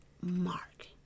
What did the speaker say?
Mark